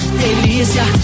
delícia